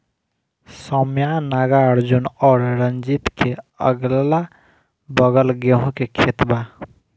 सौम्या नागार्जुन और रंजीत के अगलाबगल गेंहू के खेत बा